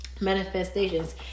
manifestations